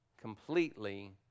completely